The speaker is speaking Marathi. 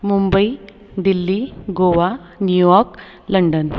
Mumbai Delhi Goa New York London